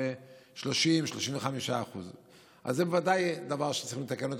ב-30% 35%. אז זה ודאי דבר שצריכים לתקן.